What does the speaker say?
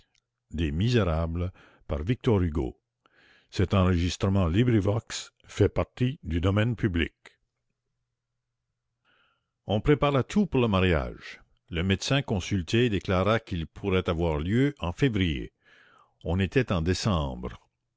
on prépara tout pour le mariage le médecin consulté déclara qu'il pourrait avoir lieu en février on était en décembre